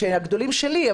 כשהגדולים שלי,